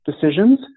decisions